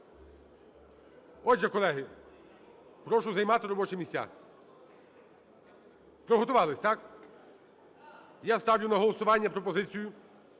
Отже, колеги, прошу займати робочі місця. Приготувались, так? Я ставлю на голосування пропозицію